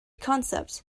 concept